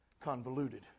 convoluted